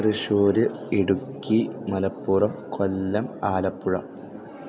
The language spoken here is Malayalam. തൃശ്ശൂർ ഇടുക്കി മലപ്പുറം കൊല്ലം ആലപ്പുഴ